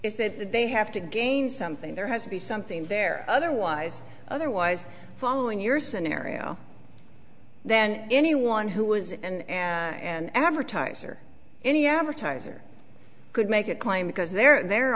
is that they have to gain something there has to be something there otherwise otherwise following your scenario then anyone who was and an advertiser any advertiser could make a claim because they're